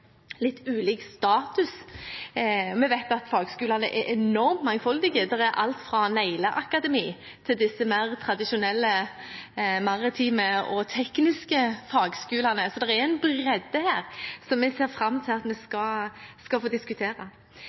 litt ulik status, vi vet at fagskolene er enormt mangfoldige. Det er alt fra negleakademi til de mer tradisjonelle maritime og tekniske fagskolene. Så det er en bredde her som vi ser fram til at vi skal få diskutere.